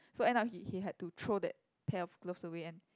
so end up he he had to throw that pair of gloves away and